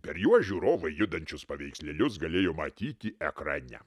per juos žiūrovai judančius paveikslėlius galėjo matyti ekrane